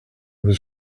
was